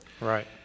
Right